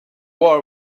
war